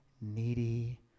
needy